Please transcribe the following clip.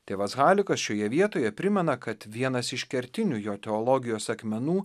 tėvas halikas šioje vietoje primena kad vienas iš kertinių jo teologijos akmenų